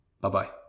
Bye-bye